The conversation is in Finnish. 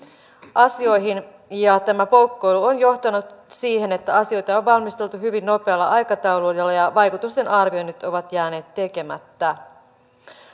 asioihin ja tämä poukkoilu on johtanut siihen että asioita on valmisteltu hyvin nopealla aikataululla ja vaikutustenarvioinnit ovat jääneet tekemättä